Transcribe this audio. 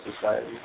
society